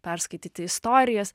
perskaityti istorijas